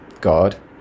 God